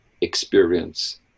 experience